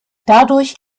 dadurch